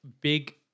big